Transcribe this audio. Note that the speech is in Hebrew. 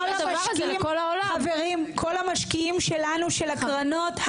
חברים כל המשקיעים שלנו של הקרנות,